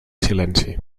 silenci